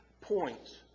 points